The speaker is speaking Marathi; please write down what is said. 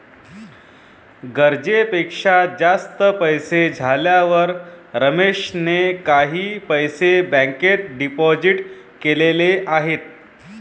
गरजेपेक्षा जास्त पैसे झाल्यावर रमेशने काही पैसे बँकेत डिपोजित केलेले आहेत